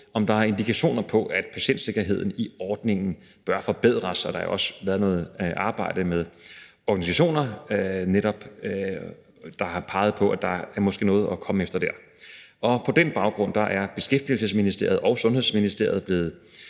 om der er indikationer på, at patientsikkerheden i ordningen bør forbedres. Der har også været noget arbejde i nogle organisationer, der netop peger på, at der måske er noget at komme efter. På den baggrund er Beskæftigelsesministeriet og Sundhedsministeriet blevet